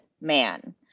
man